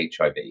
HIV